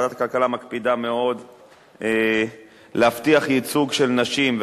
ועדת הכלכלה מקפידה מאוד להבטיח ייצוג של נשים,